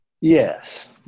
Yes